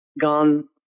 gone